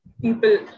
people